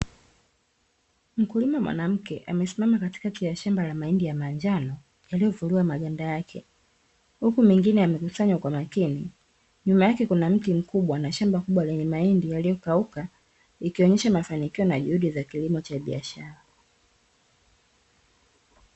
Mkulima mwanamke amesimama katikati ya shamba la mahindi ya manjano, yaliyovuliwa maganda yake, huku mengine yamekusanywa kwa makini. Nyuma yake kuna mti mkubwa na shamba kubwa lenye mahindi yaliyokauka, ikionyesha mafanikio na juhudi za kilimo cha biashara.